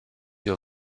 your